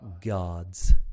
gods